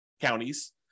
counties